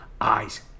eyes